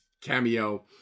cameo